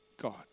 God